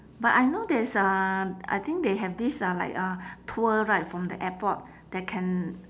but I know there's a I think they have this uh like a tour right from the airport that can